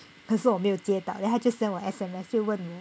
可是我没有接到 then 他就 send 我 S_M_S 就问我